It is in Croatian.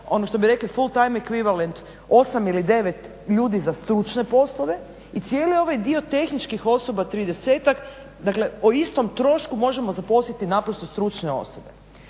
ono što bi rekli full time ekvivalent osam ili devet ljudi za stručne poslove i cijeli ovaj dio tehničkih osoba 30-ak, dakle po istom trošku možemo zaposliti naprosto stručne osobe.